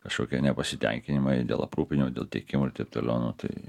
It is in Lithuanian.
kašokie nepasitenkinimai dėl aprūpinimo dėl tiekimo ir taip toliau nu tai